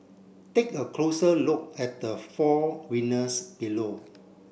take a closer look at the four winners below